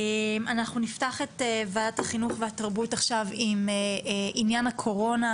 אנחנו נפתח את ועדת החינוך והתרבות עם עניין הקורונה.